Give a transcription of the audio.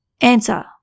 Answer